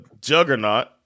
juggernaut